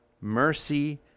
mercy